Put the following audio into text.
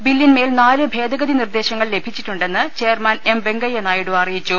ബില്ലിൻ മേൽ നാല് ഭേദഗതി നിർദേശങ്ങൾ ലഭിച്ചിട്ടുണ്ടെന്ന് ചെയർമാൻ എം വെങ്കയ്യ നായിഡു അറിയിച്ചു